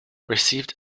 received